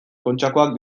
kontxakoak